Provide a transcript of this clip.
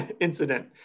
incident